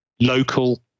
local